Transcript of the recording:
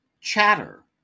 Chatter